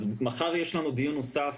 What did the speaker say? מחר יש לנו דיון נוסף,